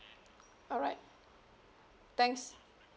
alright thanks